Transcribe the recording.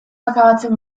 akabatzen